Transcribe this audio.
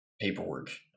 paperwork